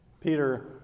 Peter